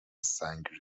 سنگ